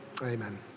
amen